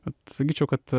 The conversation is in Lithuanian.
vat sakyčiau kad